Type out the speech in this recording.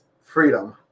freedom